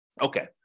Okay